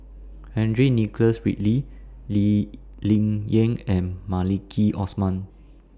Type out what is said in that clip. Henry Nicholas Ridley Lee Ling Yen and Maliki Osman